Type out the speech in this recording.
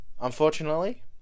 unfortunately